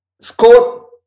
score